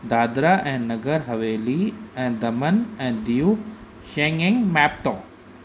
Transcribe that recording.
दादरा ऐं नगर हवेली ऐं दमन ऐं दीव शेंङेङ मैप्तो